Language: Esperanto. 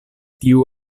tiu